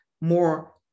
more